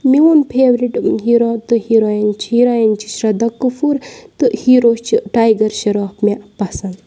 میون favourite hero تہٕ heroine چھِ ہیٖرویِن چھِ شردا کٔپوٗر تہٕ ہیٖرو چھُ ٹَیگر شَراوف مےٚ پَسند